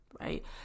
Right